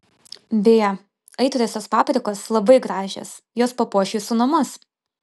beje aitriosios paprikos labai gražios jos papuoš jūsų namus